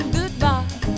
goodbye